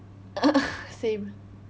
same